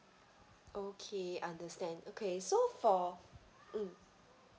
okay understand okay so for mm